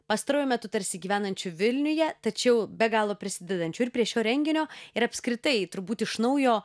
pastaruoju metu tarsi gyvenančiu vilniuje tačiau be galo prisidedančiu prie šio renginio ir apskritai turbūt iš naujo